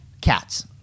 cats